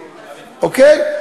אוקיי?